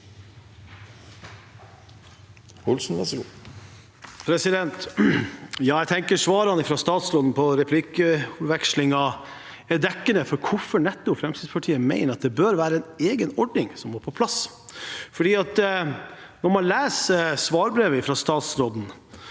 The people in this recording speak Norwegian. Jeg tenker svarene fra statsråden i replikkvekslingen er dekkende for hvorfor Fremskrittspartiet mener at det bør være en egen ordning som må på plass. Når man leser svarbrevet fra statsråden,